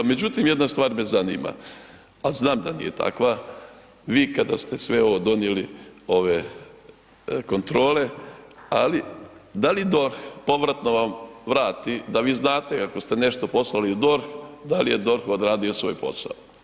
Međutim jedna stvar me zanima, a znamo da nije takva, vi kada ste sve ovo donijeli, ove kontrole ali da li DORH, povratno vam vrati da vi znate ako ste nešto poslali u DORH da li je DORH odradio svoj posao?